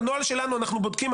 בנוהל שלנו אנחנו בודקים,